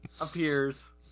appears